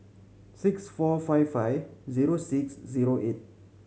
six four five five zero six zero eight